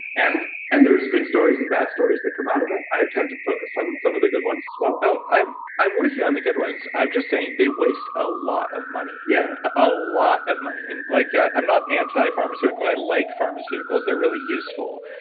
and and there's good stories and bad stories that come out of it, i tend to focus on some of the good ones as well i'm i'm with you on the good ones, i'm just saying they waste a lot of money, yeah a lot of money and like yeah i'm not anti-pharmaceutical, i like pharmaceuticals, they're really useful.